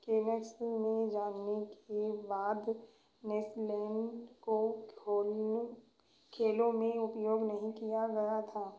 में जानने के बाद नैसलैंड को खोलने खेलों में उपयोग नहीं किया गया था